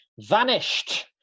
vanished